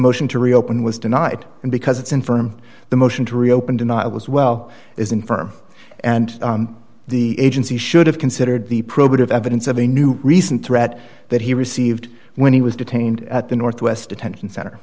motion to reopen was denied and because it's in firm the motion to reopen denial as well isn't firm and the agency should have considered the probative evidence of a new recent threat that he received when he was detained at the northwest detention center